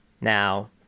Now